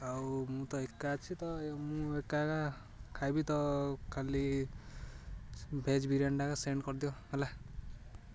ଆଉ ମୁଁ ତ ଏକା ଅଛି ତ ମୁଁ ଏକା ଏକା ଖାଇବି ତ ଖାଲି ଭେଜ୍ ବିରିୟାନୀଟା ସେଣ୍ଡ କରିଦିଅ ହେଲା